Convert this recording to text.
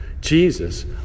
Jesus